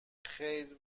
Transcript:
خیر